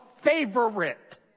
favorite